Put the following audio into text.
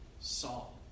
Saul